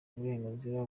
uburenganzira